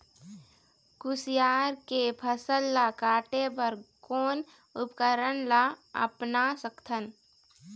कुसियार के फसल ला काटे बर कोन उपकरण ला अपना सकथन?